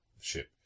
ship